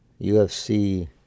UFC